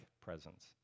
presence